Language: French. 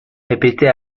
répétée